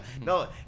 no